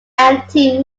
empty